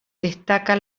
destaca